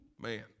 man